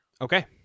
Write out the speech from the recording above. Okay